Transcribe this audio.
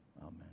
Amen